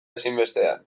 ezinbestean